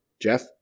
Jeff